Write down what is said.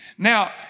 Now